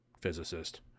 physicist